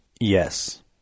Yes